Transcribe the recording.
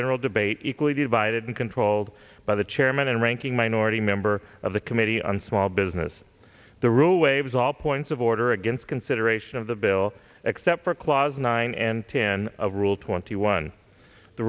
general debate equally divided and controlled by the chairman and ranking minority member of the committee on small business the rule waives all points of order against consideration of the bill except for clause nine and ten of rule twenty one the